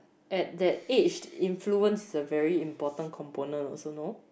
at that age influence is a very important component also know